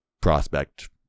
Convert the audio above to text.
prospect